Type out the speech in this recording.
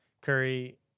Curry